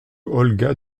olga